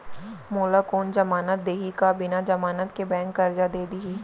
मोला कोन जमानत देहि का बिना जमानत के बैंक करजा दे दिही?